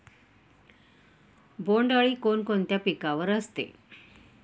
बोंडअळी कोणकोणत्या पिकावर असते?